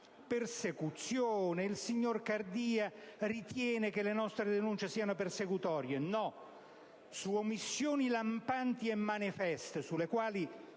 persecuzione. Il signor Cardia ritiene che le nostre denunce siano persecutorie. Non è vero: su omissioni lampanti e manifeste, delle quali